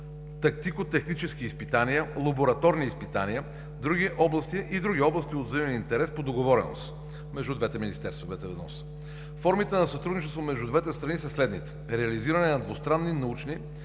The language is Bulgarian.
тактико-технически изпитания, лабораторни изпитания и други области от взаимен интерес по договореност между двете министерства. Формите на сътрудничество между двете страни са следните: реализиране на двустранни научни;